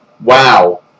Wow